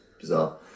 bizarre